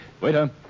Waiter